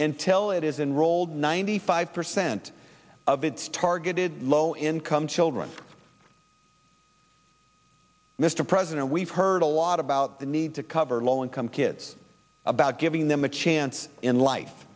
and tell it is enrolled ninety five percent of its targeted low income children mr president we've heard a lot about the need to cover low income kids about giving them a chance in life